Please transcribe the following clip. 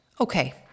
Okay